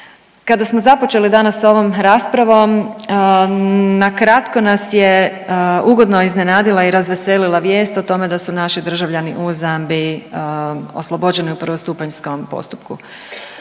Kada smo započeli danas ovom raspravom na kratko nas je ugodno iznenadila i razveselila vijest o tome da su naši državljani u Zambiji oslobođeni u prvostupanjskom postupku.